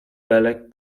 belek